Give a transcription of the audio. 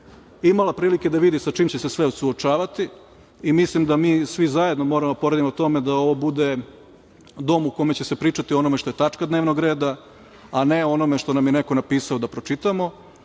imala prilike da vidi sa čime će se sve suočavati i mislim da mi svi zajedno moramo da poradimo na tome da ovo bude dom u kome će se pričati o onome što je tačka dnevnog reda, a ne o onome što nam je neko napisao da pročitamo,